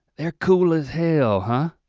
they're cool as hell, huh?